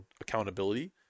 accountability